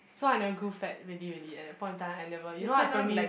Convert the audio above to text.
so I never grew fat really really at that point of time I never you know I primary